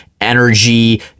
energy